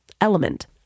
Element